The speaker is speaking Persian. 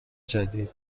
جدید